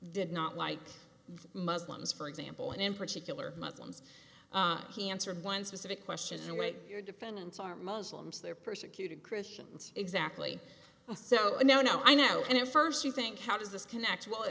did not like muslims for example and in particular muslims he answered one specific question in a way your defendants are muslims they're persecuted christians exactly so i know i know and at first you think how does this connect well